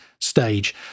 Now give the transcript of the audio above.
stage